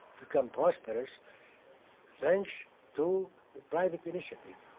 become prosperous thanks to the private initiative.